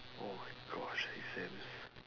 oh my gosh exams